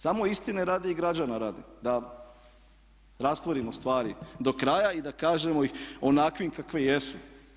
Samo istine radi i građana radi da rastvorimo stvari do kraja i da kažemo ih onakve kakve jesu.